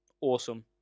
awesome